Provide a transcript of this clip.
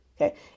Okay